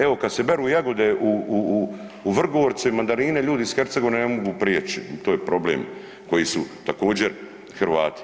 Evo kad se beru jagode u Vrgorcu i mandarine ljudi iz Hercegovine ne mogu prijeći i to je problem koji su također Hrvati.